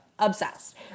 obsessed